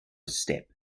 step